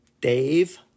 Dave